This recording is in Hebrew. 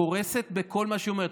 היא קורסת בכל מה שהיא אומרת.